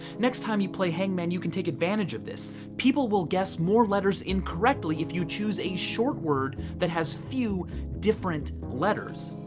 next time you play hangman you can take advantage of this. people will guess more letters incorrectly if you choose a short word that has few different letters.